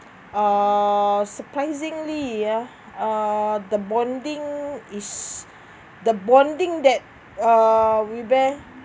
err surprisingly ah uh the bonding is the bonding that uh we bear